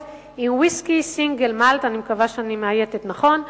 עם ויסקי "סינגל מאלט" אני מקווה שאני מאייתת נכון,